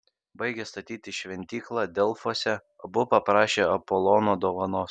baigę statyti šventyklą delfuose abu paprašė apolono dovanos